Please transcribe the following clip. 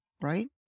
right